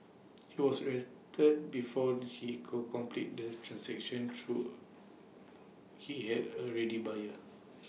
he was arrested before he could complete the transaction through he had A ready buyer